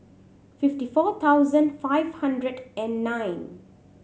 fifty four thousand five hundred and nine